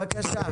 בבקשה.